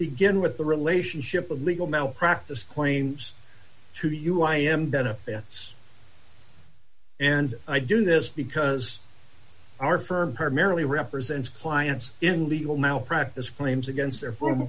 begin with the relationship of legal malpractise claims to you i am benefits and i do this because our firm her merely represents clients in legal malpractise claims against their f